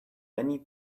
many